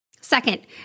Second